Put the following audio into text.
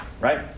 right